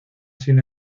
sin